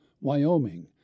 Wyoming